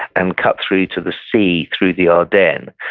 and cut through to the sea through the ardennes,